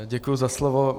Děkuji za slovo.